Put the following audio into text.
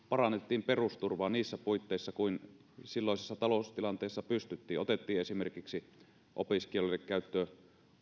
parannettiin perusturvaa niissä puitteissa kuin silloisissa taloustilanteissa pystyttiin otettiin esimerkiksi opiskelijoille käyttöön